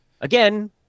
Again